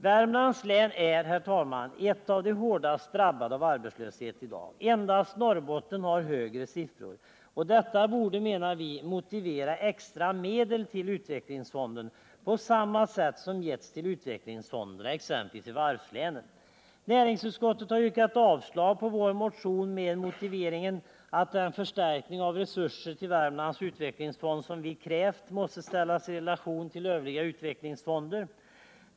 Värmlands län är, herr talman, ett av de av arbetslöshet hårdast drabbade länen i dag. Endast Norrbotten har högre siffror. Detta borde, menar vi, motivera extra medel till Utvecklingsfonden på samma sätt som extra medel ges till utvecklingsfonderna exempelvis i varvslänen. Näringsutskottet har yrkat avslag på vår motion med motiveringen att den förstärkning av resurser till Utvecklingsfonden i Värmlands län som vi krävt måste ställas i relation till övriga utvecklingsfonder.